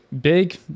big